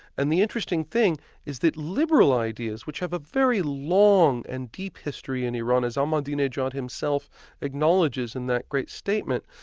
and the interesting thing is that liberal ideas, which have a very long and deep history in iran, as ahmadinejad himself acknowledges in that great statement,